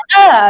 earth